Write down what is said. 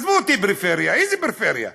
עזבו אותי פריפריה, איזה פריפריה?